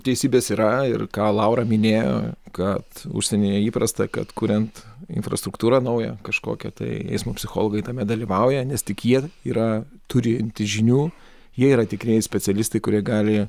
teisybės yra ir ką laura minėjo kad užsienyje įprasta kad kuriant infrastruktūrą naują kažkokią tai eismo psichologai tame dalyvauja nes tik jie yra turintys žinių jie yra tikrieji specialistai kurie gali